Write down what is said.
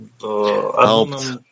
helped